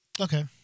Okay